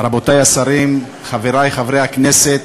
רבותי השרים, חברי חברי הכנסת,